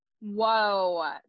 Whoa